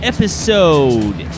Episode